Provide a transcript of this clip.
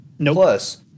plus